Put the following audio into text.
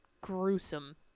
gruesome